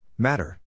Matter